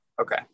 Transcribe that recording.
Okay